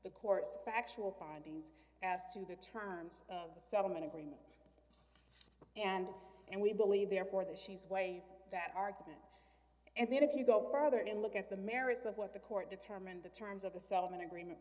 the court's factual findings as to the terms of the settlement agreement and and we believe therefore that she's way that argument and then if you go further and look at the merits of what the court determined the terms of the settlement agreement